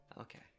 Okay